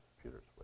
computers